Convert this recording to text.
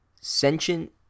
sentient